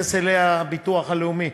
מתייחס אליה הביטוח הלאומי.